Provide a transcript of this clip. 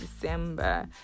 December